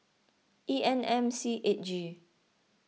E N M C eight G